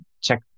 check